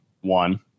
one